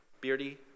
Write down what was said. Beardy